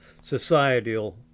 societal